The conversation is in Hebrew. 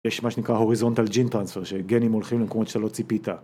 יש מה שנקרא הוריזונטל ג'ין טרנספר, שגנים הולכים למקומות שאתה לא ציפית